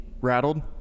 rattled